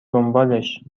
دنبالش